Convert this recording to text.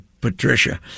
Patricia